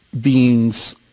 beings